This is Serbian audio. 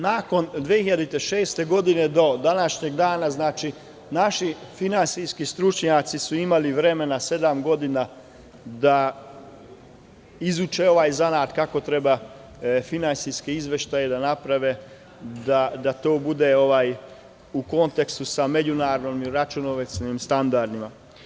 Nakon 2006. godine do današnjeg dana su naši finansijski stručnjaci imali vremena sedam godina da izuče ovaj zanat, kako treba da naprave finansijske izveštaje, da to bude u kontekstu sa međunarodnim računovodstvenim standardima.